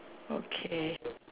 okay